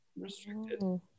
restricted